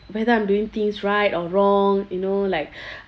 whether I'm doing things right or wrong you know like